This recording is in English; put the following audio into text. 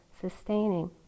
sustaining